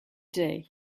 day